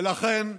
ולכן,